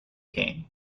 game